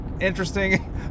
interesting